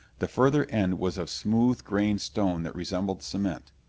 the further end was of smooth-grained stone that resembled cement.